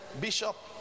Bishop